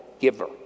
giver